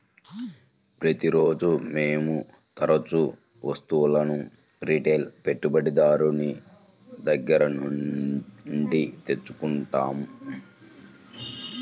ప్రతిరోజూ మేము తరుచూ వస్తువులను రిటైల్ పెట్టుబడిదారుని దగ్గర నుండి తెచ్చుకుంటాం